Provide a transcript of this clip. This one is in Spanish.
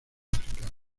africano